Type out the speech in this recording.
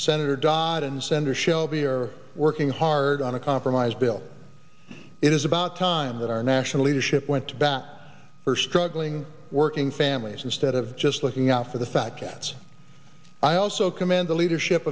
senator dodd and senator shelby are working hard on a compromise bill it is about time that our national leadership went to bat for struggling working families instead of just looking out for the fat cats i also commend the leadership